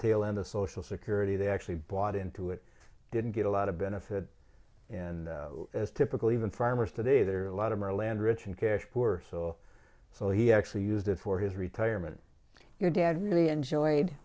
of social security they actually bought into it didn't get a lot of benefit and as typical even farmers today there are a lot of more land rich and cash poor so so he actually used it for his retirement your dad really enjoyed